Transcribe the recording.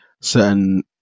certain